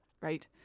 right